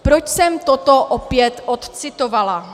Proč jsem toto opět odcitovala?